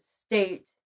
state